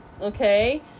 okay